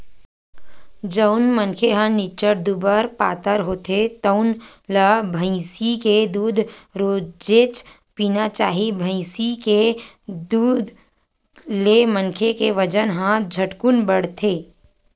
जउन मनखे ह निच्चट दुबर पातर होथे तउन ल भइसी के दूद रोजेच पीना चाही, भइसी के दूद ले मनखे के बजन ह झटकुन बाड़थे